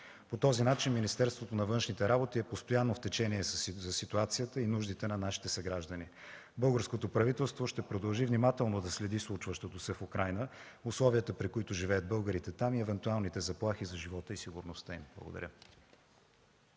По този начин Министерството на външните работи е постоянно в течение за ситуацията и нуждите на нашите съграждани. Българското правителство ще продължи внимателно да следи случващото се в Украйна, условията, при които живеят българите там и евентуалните заплахи за живота и сигурността им. Благодаря.